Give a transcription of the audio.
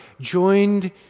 joined